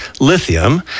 lithium